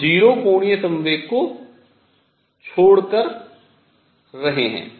हम 0 कोणीय संवेग को छोड़ exclude कर रहे हैं